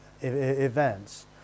events